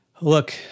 look